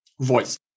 voice